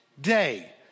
day